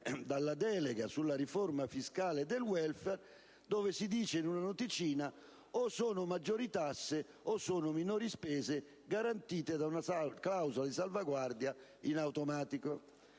dalla delega sulla riforma fiscale e del *welfare,* dove in una noticina si dice che o sono maggiori tasse o sono minori spese garantite da una clausola di salvaguardia in automatico.